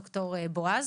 ד"ר בועז,